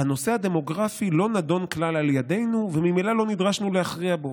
"הנושא הדמוגרפי לא נדון כלל על ידינו וממילא לא נדרשנו להכריע בו.